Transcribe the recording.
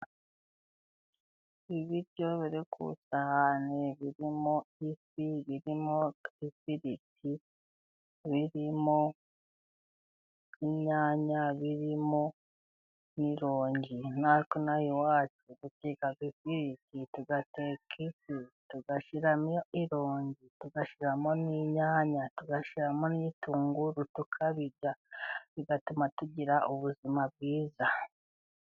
Ibiryo biri ku isahane birimo ifi, birimo ifiriti, birimo imyanya, birimo ironji, natwe inaha iwacu duteka ifiriti, tugateka ifi, tugashyiraramo irunji tugashyiramo n'inyanya, tugashyiramo n'ibitunguru, tukabirya bigatuma tugira ubuzima bwiza.